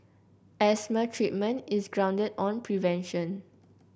asthma treatment is grounded on prevention